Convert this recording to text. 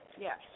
Yes